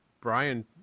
Brian